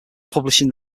publishing